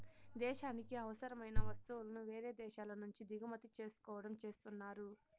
దేశానికి అవసరమైన వస్తువులను వేరే దేశాల నుంచి దిగుమతి చేసుకోవడం చేస్తున్నారు